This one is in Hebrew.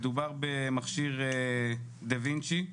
מדובר במכשיר דה וינצ'י,